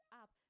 up